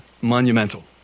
Monumental